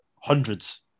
hundreds